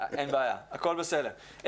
אין בעיה, הכול בסדר.